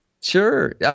Sure